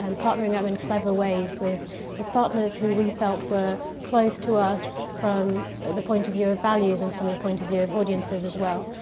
um partnering up in clever ways with with partners who we felt were close to us. from the point of view of values and from the point of view of audiences as well.